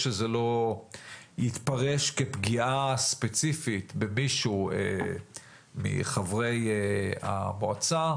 שזה לא יתפרש כפגיעה ספציפית מחברי המועצה.